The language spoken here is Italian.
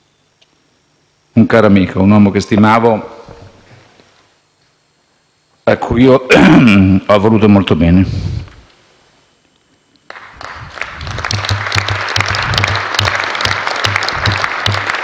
Un uomo di cui ascoltavo i consigli, con cui ho condiviso opinioni, riflessioni,